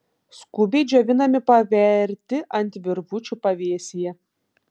skubiai džiovinami paverti ant virvučių pavėsyje